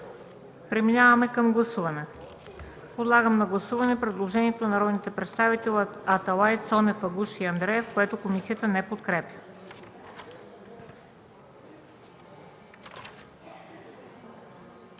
Преминаваме към гласуване